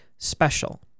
Special